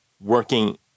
working